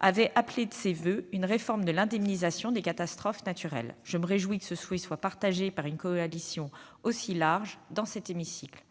avait appelé de ses voeux une réforme de l'indemnisation des catastrophes naturelles. Je me réjouis que ce souhait soit partagé par une coalition aussi large dans cet hémicycle.